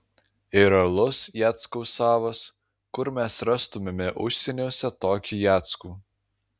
ir alus jackaus savas kur mes rastumėme užsieniuose tokį jackų